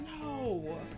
No